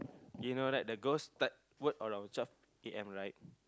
you know that the ghost start work on our twelve a_m right